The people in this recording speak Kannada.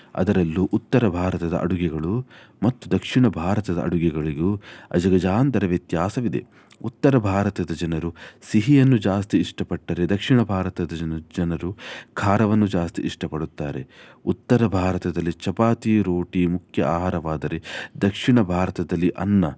ಅದರಲ್ಲೂ ಉತ್ತರ ಭಾರತದ ಅಡುಗೆಗಳು ಮತ್ತು ದಕ್ಷಿಣ ಭಾರತದ ಅಡುಗೆಗಳಿಗೂ ಅಜಗಜಾಂತರ ವ್ಯತ್ಯಾಸವಿದೆ ಉತ್ತರ ಭಾರತದ ಜನರು ಸಿಹಿಯನ್ನು ಜಾಸ್ತಿ ಇಷ್ಟಪಟ್ಟರೆ ದಕ್ಷಿಣ ಭಾರತದ ಜನರು ಖಾರವನ್ನು ಜಾಸ್ತಿ ಇಷ್ಟಪಡುತ್ತಾರೆ ಉತ್ತರ ಭಾರತದಲ್ಲಿ ಚಪಾತಿ ರೋಟಿ ಮುಖ್ಯ ಆಹಾರವಾದರೆ ದಕ್ಷಿಣ ಭಾರತದಲ್ಲಿ ಅನ್ನ